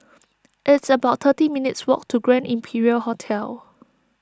it's about thirty minutes' walk to Grand Imperial Hotel